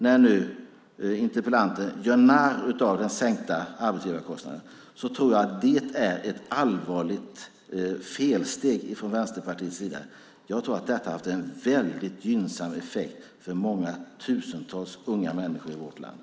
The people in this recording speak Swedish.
När nu interpellanten gör narr av den sänkta arbetsgivarkostnaden tror jag att det är ett allvarligt felsteg från Vänsterpartiet. Jag tror att detta har haft en väldigt gynnsam effekt för många tusentals unga människor i vårt land.